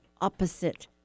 opposite